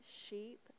sheep